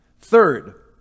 Third